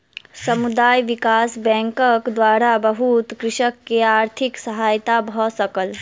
समुदाय विकास बैंकक द्वारा बहुत कृषक के आर्थिक सहायता भ सकल